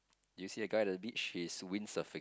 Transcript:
you see the guy at the beach he's wind surfing